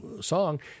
song